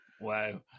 Wow